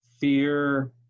fear